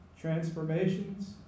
transformations